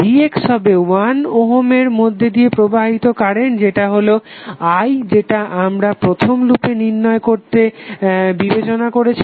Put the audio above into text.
vx হবে 1 ওহমের মধ্যে দিয়ে প্রবাহিত কারেন্ট যেটা হলো i যেটা আমরা প্রথম লুপ নির্ণয় করতে বিবেচনা করেছিলাম